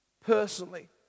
personally